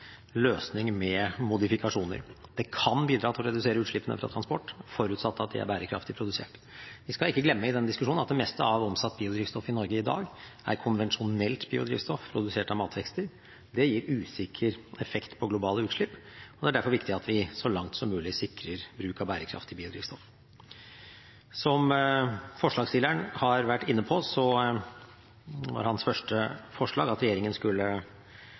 løsning med modifikasjoner. Biodrivstoff kan bidra til å redusere utslippene fra transport, forutsatt at de er bærekraftig produsert. Vi skal ikke glemme i denne diskusjonen at det meste av omsatt biodrivstoff i Norge i dag er konvensjonelt biodrivstoff produsert av matvekster. Det gir usikker effekt på globale utslipp. Det er derfor viktig at vi så langt som mulig sikrer bruk av bærekraftige biodrivstoff. Som forslagsstilleren har vært inne på, var hans første forslag at regjeringen skulle